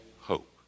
hope